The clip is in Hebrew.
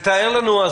תתאר לנו,